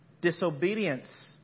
Disobedience